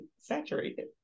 saturated